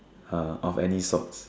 uh of any sorts